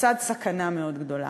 בצד סכנה מאוד גדולה.